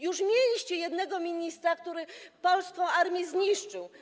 Już mieliście jednego ministra, który polską armię zniszczył.